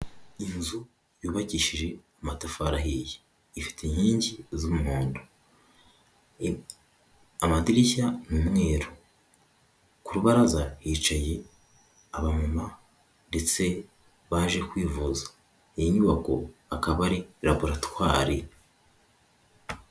Inzu yubakishije amatafarihiye, ifite inkingi z'umuhondo, amadirishya n'umweru, ku rubaraza yicaye aba mamama ndetse baje kwivuza, iyi nyubako akaba ari raboratwari.